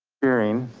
hearing